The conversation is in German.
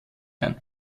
ein